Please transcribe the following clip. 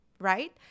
right